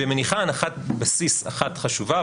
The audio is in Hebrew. ומניחה הנחת בסיס אחת חשובה,